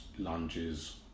lunges